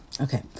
okay